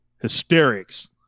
hysterics